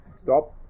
stop